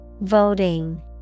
Voting